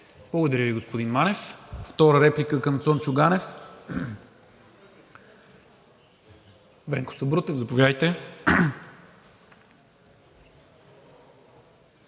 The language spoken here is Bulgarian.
Благодаря Ви, господин Манев. Втора реплика към Цончо Ганев? Венко Сабрутев – заповядайте.